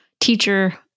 teacher